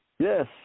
Yes